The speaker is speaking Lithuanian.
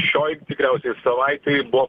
šioj tikriausiai savaitėj po